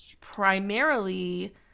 primarily